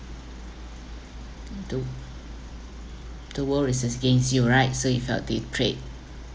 I do the world is against you right so you felt betrayed